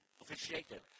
officiated